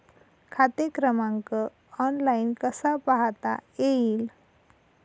खाते क्रमांक ऑनलाइन कसा पाहता येईल?